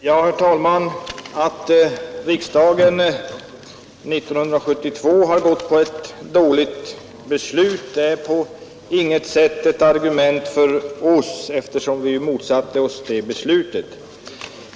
Herr talman! Att riksdagen 1972 fattade ett dåligt beslut är på inget sätt ett argument för oss, eftersom vi motsatte oss det beslutet.